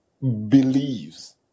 believes